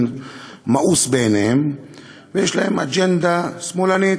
מאוס בעיניהם ויש להם אג'נדה שמאלנית.